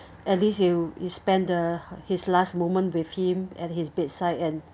at least you you spend the his last moment with him at his bedside and